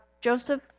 Joseph